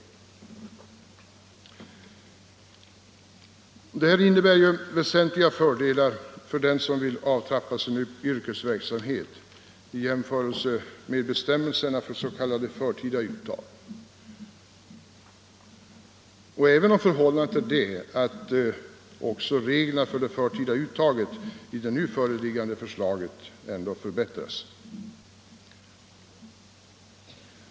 Detta innebär ju väsentliga fördelar för den som vill avtrappa sin yrkesverksamhet i jämförelse med bestämmelserna för s.k. förtida uttag, även om också bestämmelserna för sådant genom det föreliggande förslaget förbättras.